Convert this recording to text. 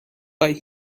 but